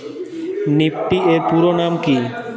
Nifty এর পুরোনাম কী?